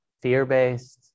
fear-based